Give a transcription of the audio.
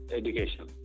education